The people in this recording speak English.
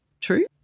true